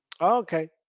Okay